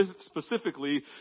specifically